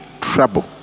trouble